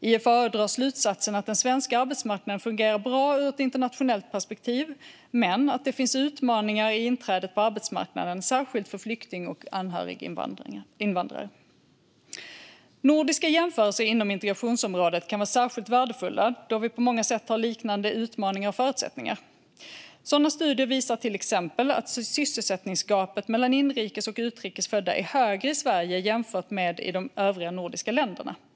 IFAU drar slutsatsen att den svenska arbetsmarknaden fungerar bra ur ett internationellt perspektiv men att det finns utmaningar i inträdet på arbetsmarknaden, särskilt för flykting och anhöriginvandrare. Nordiska jämförelser inom integrationsområdet kan vara särskilt värdefulla då vi på många sätt har liknande utmaningar och förutsättningar. Sådana studier visar till exempel att sysselsättningsgapet mellan inrikes och utrikes födda är högre i Sverige jämfört med i de övriga nordiska länderna.